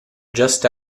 just